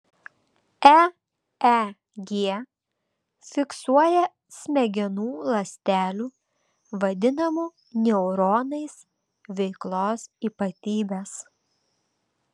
eeg fiksuoja smegenų ląstelių vadinamų neuronais veiklos ypatybes